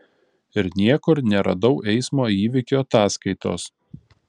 ir niekur neradau eismo įvykio ataskaitos